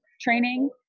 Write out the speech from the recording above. training